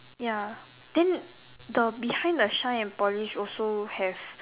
ya then the behind the shine and polish also have